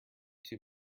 two